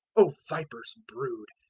o vipers' brood,